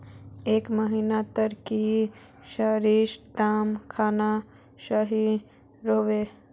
ए महीनात की सरिसर दाम खान सही रोहवे?